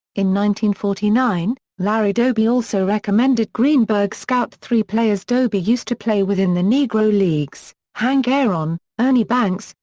in one forty nine, larry doby also recommended greenberg scout three players doby used to play with in the negro leagues hank aaron, ernie banks,